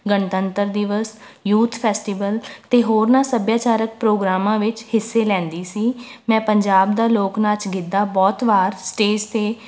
ਗਣਤੰਤਰ ਦਿਵਸ youth festival ਅਤੇ ਹੋਰਨਾਂ ਸੱਭਿਆਚਾਰਕ ਪ੍ਰੋਗਰਾਮਾਂ ਵਿੱਚ ਹਿੱਸੇ ਲੈਂਦੀ ਸੀ ਮੈਂ ਪੰਜਾਬ ਦਾ ਲੋਕ ਨਾਚ ਗਿੱਧਾ ਬਹੁਤ ਵਾਰ ਸਟੇਜ 'ਤੇ